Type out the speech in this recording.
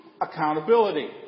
accountability